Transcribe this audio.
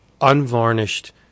unvarnished